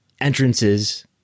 entrances